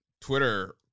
Twitter